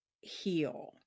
heal